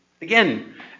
Again